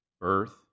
birth